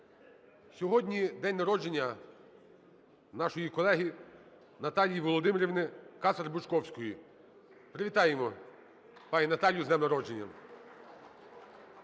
Сьогодні день народження нашої колеги Наталії Володимирівни Кацер-Бучковської. Привітаємо пані Наталію з днем народження.